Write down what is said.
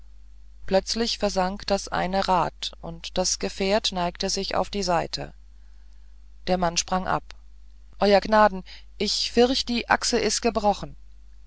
plötzlich versank das eine rad und das gefährt neigte sich auf die seite der mann sprang ab euer gnaden ich firchte die achse is gebrochen